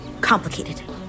Complicated